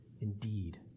Indeed